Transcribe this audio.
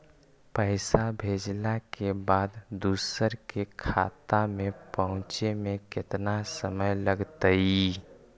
पैसा भेजला के बाद दुसर के खाता में पहुँचे में केतना समय लगतइ?